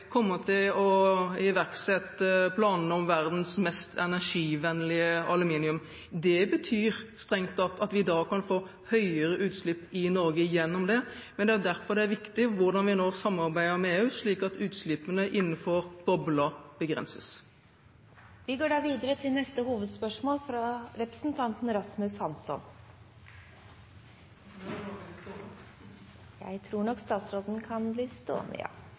til å iverksette planene om verdens mest energivennlige aluminiumsproduksjon. Det betyr strengt tatt at vi kan få høyere utslipp i Norge gjennom det. Men det er derfor det er viktig hvordan vi nå samarbeider med EU, slik at utslippene innenfor bobla begrenses. Vi går videre til neste hovedspørsmål, fra representanten Rasmus Hansson. Da kan jeg vel bare bli stående! Jeg tror nok statsråden kan bli